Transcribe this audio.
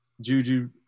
Juju